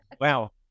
Wow